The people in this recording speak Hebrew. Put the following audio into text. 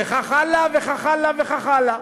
וכך הלאה וכך הלאה וכך הלאה.